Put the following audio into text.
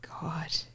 God